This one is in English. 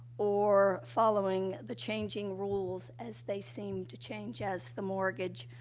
or following the changing rules as they seem to change as the mortgage,